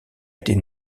était